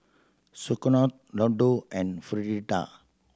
Sauerkraut Ladoo and Fritada